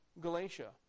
Galatia